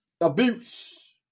abuse